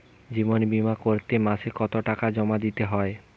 জীবন বিমা করতে মাসে কতো টাকা জমা দিতে হয়?